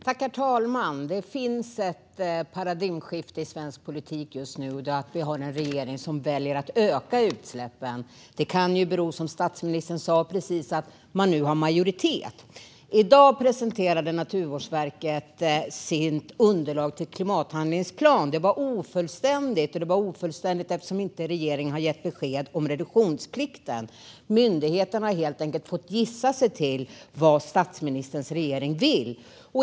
Herr talman! Det sker just nu ett paradigmskifte i svensk politik. Vi har en regering som väljer att öka utsläppen. Det kan ju, som statsministern precis sa, bero på att man nu har majoritet. I dag presenterade Naturvårdsverket sitt underlag till klimathandlingsplan. Det var ofullständigt, eftersom regeringen inte har gett besked om reduktionsplikten. Myndigheten har helt enkelt fått gissa sig till vad statsministerns regering vill.